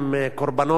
תודה רבה, אדוני.